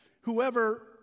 Whoever